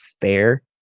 fair